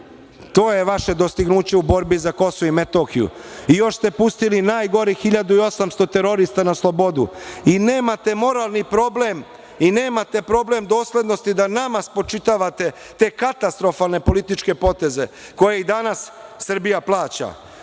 To je vaše dostignuće u borbi za KiM. Još ste pustili najgorih 1800 terorista na slobodu i nemate moralni problem, nemate problem doslednosti da nama spočitavate te katastrofalne političke poteze koje i danas Srbija plaća. Ovo